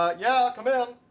but yeah, come in!